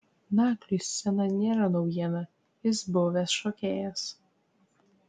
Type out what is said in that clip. nagliui scena nėra naujiena jis buvęs šokėjas